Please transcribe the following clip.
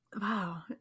wow